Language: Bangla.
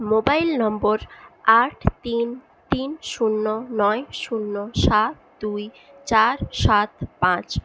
মোবাইল নম্বর আট তিন তিন শূন্য নয় শূন্য সাত দুই চার সাত পাঁচ